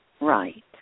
right